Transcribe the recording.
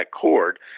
cord